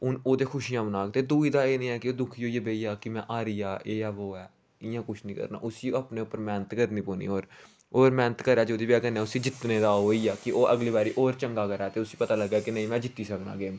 हून ओह् ते खुशियां मनाग ते दूई दा एह् नेईं ऐ कि दुखी होइयै बेही जाग कि में हारी गेआ एह् ऐ वो ऐ इ'यां कुछ नेईं करना उसी अपने उप्पर मेहनत करनी पौनी होर होर मेहनत करै जेहदी बजह कन्नै उसी जित्तने दा ओह् होई जाए कि ओह् अगली बारी होर चंगा करै ते उसी पता लग्गै कि नेईं में जित्ती सकना गेम